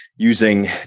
using